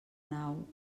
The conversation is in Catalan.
nau